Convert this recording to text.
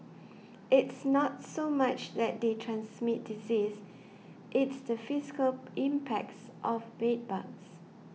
it's not so much that they transmit disease it's the fiscal impacts of bed bugs